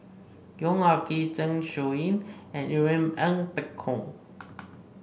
Yong Ah Kee Zeng Shouyin and Irene Ng Phek Hoong